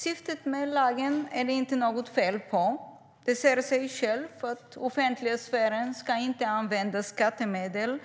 Syftet med lagen är det inget fel på; det säger sig självt att offentlighetssfären inte ska använda skattemedel